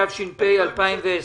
התש"ף-2020.